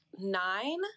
nine